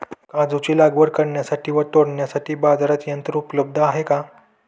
काजूची लागवड करण्यासाठी व तोडण्यासाठी बाजारात यंत्र उपलब्ध आहे का?